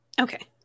Okay